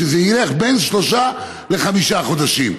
שזה ילך בין שלושה לחמישה חודשים.